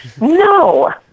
No